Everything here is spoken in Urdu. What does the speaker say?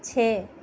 چھ